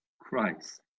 Christ